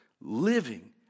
living